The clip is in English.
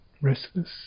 restless